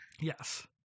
yes